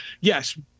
Yes